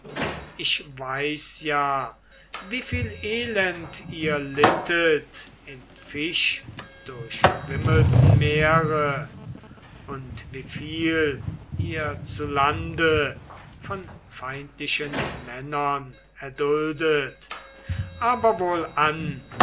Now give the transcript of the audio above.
ich weiß ja wieviel elend ihr littet im fischdurchwimmelten meere und wieviel ihr zu lande von feindlichen männern erduldet aber wohlan eßt